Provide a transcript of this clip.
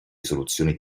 soluzioni